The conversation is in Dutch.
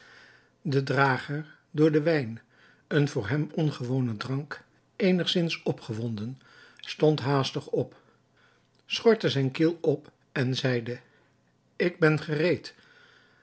de drager door den wijn een voor hem ongewonen drank eenigzins opgewonden stond haastig op schortte zijne kiel op en zeide ik ben gereed